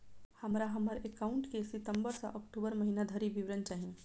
हमरा हम्मर एकाउंट केँ सितम्बर सँ अक्टूबर महीना धरि विवरण चाहि?